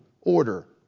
order